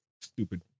Stupid